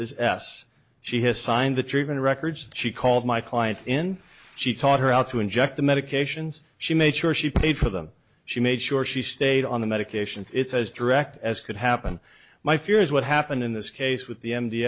is s she has signed the treatment records she called my client in she taught her how to inject the medications she made sure she paid for them she made sure she stayed on the medications it's as direct as could happen my fear is what happened in this case with the m d